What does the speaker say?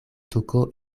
tuko